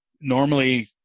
normally